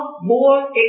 more